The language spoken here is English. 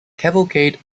cavalcade